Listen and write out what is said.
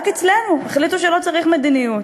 רק אצלנו החליטו שלא צריך מדיניות.